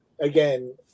again